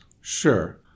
Sure